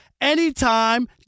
anytime